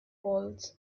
bowls